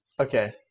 okay